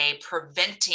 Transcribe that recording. preventing